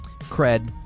Cred